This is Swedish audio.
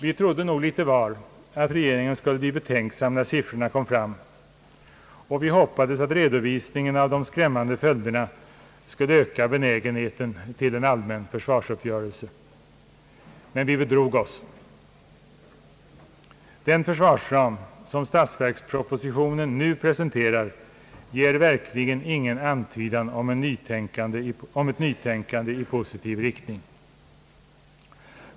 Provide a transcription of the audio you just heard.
Vi trodde nog litet var att regeringen skulle bli betänksam när siffrorna kom fram, och vi hoppades att redovisningen av de skrämmande följderna skulle öka benägenheten till en allmän försvarsuppgörelse, men vi bedrog oss. Den försvarsram som statsverkspropositionen nu presenterar ger verkligen ingen antydan om ett nytänkande i positiv riktning.